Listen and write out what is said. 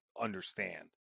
understand